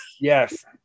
yes